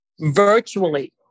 virtually